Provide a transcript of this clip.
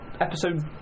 episode